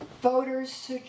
Voters